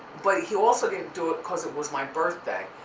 but he also didn't do it because it was my birthday,